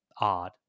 odd